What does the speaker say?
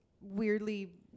weirdly